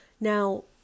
now